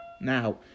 Now